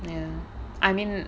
ya I mean